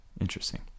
Interesting